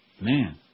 Man